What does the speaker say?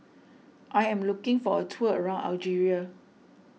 I am looking for a tour around Algeria